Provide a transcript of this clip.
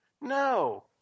no